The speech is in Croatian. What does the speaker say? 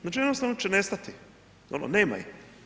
Znači jednostavno će nestati, ono nema ih.